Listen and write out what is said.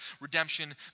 Redemption